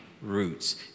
roots